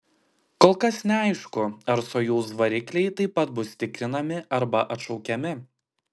kol kas neaišku ar sojuz varikliai taip pat bus tikrinami arba atšaukiami